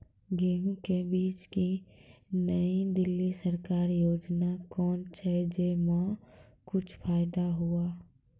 गेहूँ के बीज की नई दिल्ली सरकारी योजना कोन छ जय मां कुछ फायदा हुआ?